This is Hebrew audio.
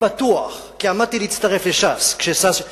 עמדתי להצטרף לש"ס, כשש"ס יצאה,